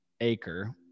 acre